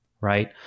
right